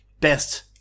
best